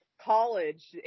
college